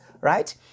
right